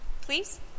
Please